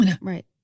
right